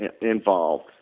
involved